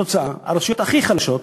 התוצאה: הרשויות הכי חלשות,